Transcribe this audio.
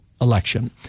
election